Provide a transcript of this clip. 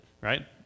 right